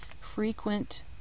Frequent